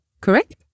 correct